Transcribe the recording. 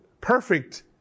perfect